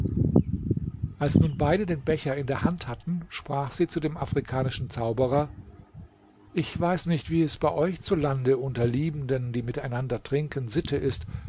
als nun beide den becher in der hand hatten sprach sie zu dem afrikanischen zauberer ich weiß nicht wie es bei euch zu lande unter liebenden die miteinander trinken sitte ist